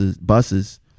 buses